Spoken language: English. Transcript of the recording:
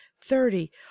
thirty